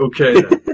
Okay